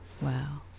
Wow